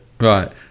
right